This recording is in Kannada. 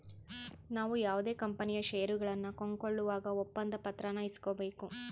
ನಾವು ಯಾವುದೇ ಕಂಪನಿಯ ಷೇರುಗಳನ್ನ ಕೊಂಕೊಳ್ಳುವಾಗ ಒಪ್ಪಂದ ಪತ್ರಾನ ಇಸ್ಕೊಬೇಕು